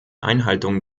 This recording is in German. einhaltung